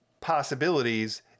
possibilities